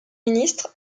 ministre